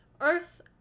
Earth